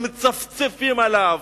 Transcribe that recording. הם מצפצפים עליו,